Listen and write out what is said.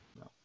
No